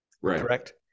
correct